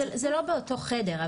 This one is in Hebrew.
זה לא באותו חדר,